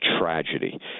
tragedy